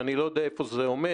אני לא יודע איפה זה עומד.